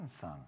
son